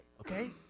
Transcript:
okay